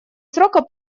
срока